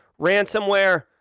ransomware